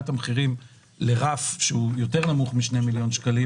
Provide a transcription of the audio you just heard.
את המחירים לרף יותר נמוך מ-2 מיליון שקלים